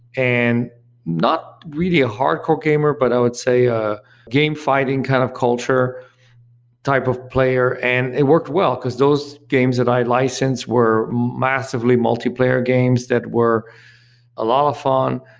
and not really a hardcore gamer, but i would say a game fighting kind of culture type of player. and it worked well, because those games that i licensed were massively multiplayer games that were a lot of fun,